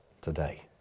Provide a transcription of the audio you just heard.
today